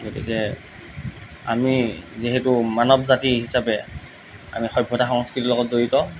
গতিকে আমি যিহেতু মানৱ জাতি হিচাপে আমি সভ্যতা সংস্কৃতিৰ লগত জড়িত